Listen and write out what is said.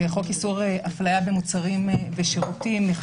שחוק איסור הפליה במוצרים ושירותים היה